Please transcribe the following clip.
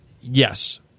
Yes